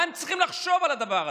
מה הם צריכים לחשוב על הדבר הזה,